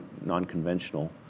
non-conventional